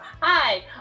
Hi